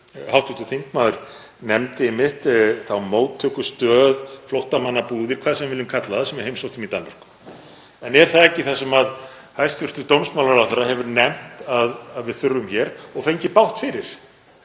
hv. þingmaður nefndi einmitt þá móttökustöð, flóttamannabúðir, hvað sem við viljum kalla það, sem við heimsóttum í Danmörku. En er það ekki það sem hæstv. dómsmálaráðherra hefur nefnt að við þurfum hér, og fengið bágt fyrir,